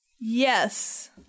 Yes